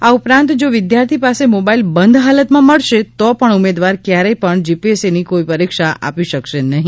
આ ઉપરાંત જો વિદ્યાર્થી પાસે મોબાઇલ બંધ હાલતમાં મળશે તો પણ ઉમેદવાર ક્યારેય પણ જીપીએલસીની કોઇ પરીક્ષા આપી શકશે નહી